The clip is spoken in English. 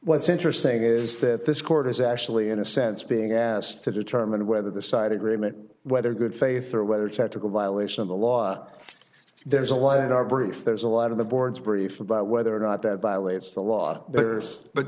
what's interesting is that this court is actually in a sense being asked to determine whether the side agreement whether good faith or whether technical violation of the law there is a line are brief there's a lot of the board's brief about whether or not that violates the law there's but